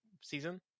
season